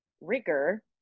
rigor